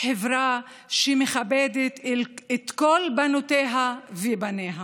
חברה שמכבדת את כל בנותיה ובניה.